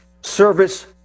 service